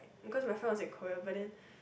because my friend was in Korea but then